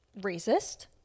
racist